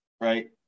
Right